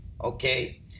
Okay